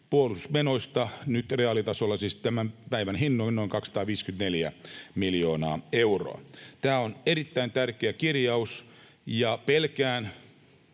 puolustusmenoista; nyt reaalitasolla siis tämän päivän hinnoin noin 254 miljoonaa euroa. Tämä on erittäin tärkeä kirjaus, ja pelkään